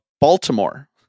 Baltimore